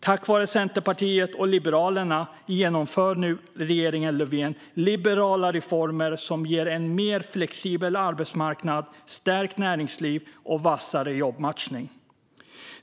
Tack vare Centerpartiet och Liberalerna genomför regeringen Löfven nu liberala reformer som ger en mer flexibel arbetsmarknad, stärkt näringsliv och vassare jobbmatchning.